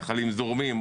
נחלים זורמים,